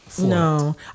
No